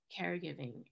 caregiving